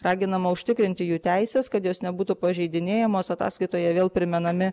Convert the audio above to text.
raginama užtikrinti jų teises kad jos nebūtų pažeidinėjamos ataskaitoje vėl primenami